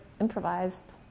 improvised